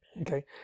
okay